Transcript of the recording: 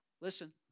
Listen